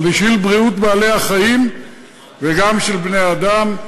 בשביל בריאות בעלי-החיים וגם בשביל בני-האדם.